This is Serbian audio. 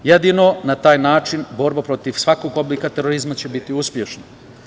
Jedino na taj način borba protiv svakog oblika terorizma će biti uspešna.